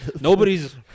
Nobody's